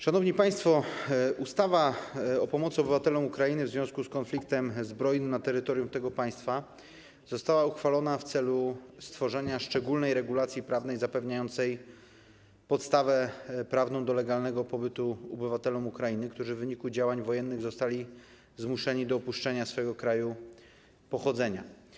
Szanowni państwo, ustawa o pomocy obywatelom Ukrainy w związku z konfliktem zbrojnym na terytorium tego państwa została uchwalona w celu stworzenia szczególnej regulacji prawnej zapewniającej podstawę prawną do legalnego pobytu obywatelom Ukrainy, którzy w wyniku działań wojennych zostali zmuszeni do opuszczenia swego kraju pochodzenia.